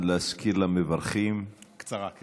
להזכיר למברכים, קצרה.